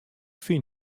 fyn